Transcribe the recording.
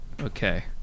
Okay